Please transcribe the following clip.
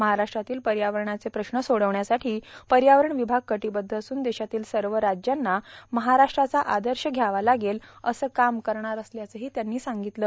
महाराष्ट्रातील पयावरणाचे प्रश्न सोर्डावण्यासाठी पयावरण पवभाग र्काटबद्ध असून देशातील सव राज्यांना महाराष्ट्राचा आदश घ्यावा लागेल असं काम करणार असल्याचं त्यांनी सांगगतलं